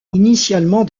initialement